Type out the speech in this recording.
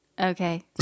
Okay